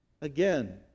again